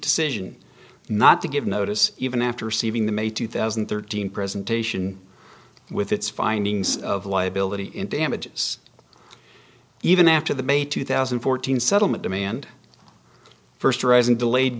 decision not to give notice even after receiving the may two thousand and thirteen presentation with its findings of liability in damages even after the may two thousand and fourteen settlement demand first arising delayed